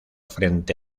frente